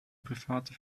private